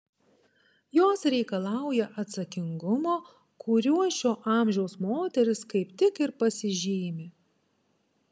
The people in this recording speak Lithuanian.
jos reikalauja atsakingumo kuriuo šio amžiaus moterys kaip tik ir pasižymi